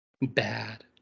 bad